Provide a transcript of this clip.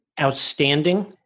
outstanding